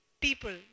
people